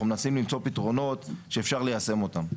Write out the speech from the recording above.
אנחנו מנסים למצוא פתרונות שאפשר ליישם אותם.